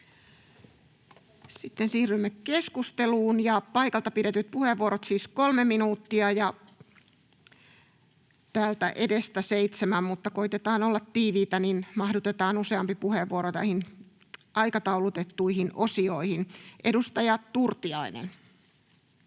Sitten siirrymme keskusteluun, ja paikalta pidetyt puheenvuorot siis 3 minuuttia ja täältä edestä 7, mutta koetetaan olla tiiviitä, niin että mahdutetaan useampi puheenvuoro näihin aikataulutettuihin osioihin. Edustaja Turtiainen.